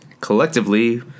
collectively